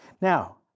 Now